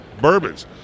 bourbons